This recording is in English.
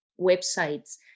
websites